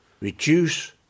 Reduce